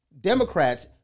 democrats